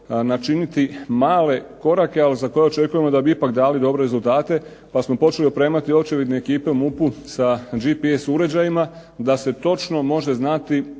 načiniti male korake ali za koje očekujemo da bi ipak dali dobre rezultate, pa smo počeli opremati očevidne ekipe u MUP-u sa GPS uređajima da se točno može znati